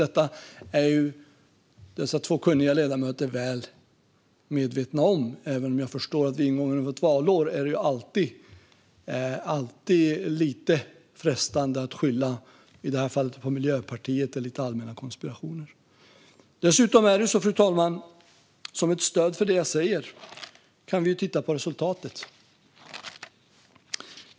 Detta är dessa två kunniga ledamöter väl medvetna om, även om jag förstår att det vid ingången av ett valår alltid är lite frestande att skylla på någon - i det här fallet på Miljöpartiet eller på lite allmänna konspirationer. Dessutom kan vi, fru talman, som ett stöd för det jag säger se på resultatet.